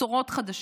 בשורות חדשות.